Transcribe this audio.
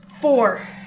four